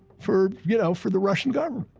for, you know, for the russian government.